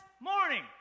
morning